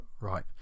right